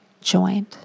joined